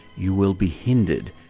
you will be hindered,